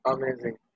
Amazing